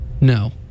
No